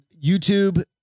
YouTube